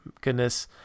goodness